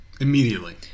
Immediately